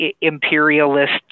imperialist